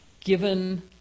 given